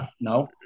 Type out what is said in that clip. no